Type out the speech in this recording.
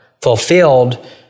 fulfilled